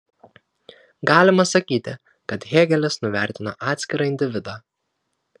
galima sakyti kad hėgelis nuvertino atskirą individą